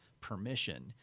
permission